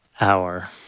hour